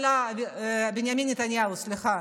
בנימין נתניהו, סליחה,